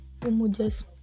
Umuja's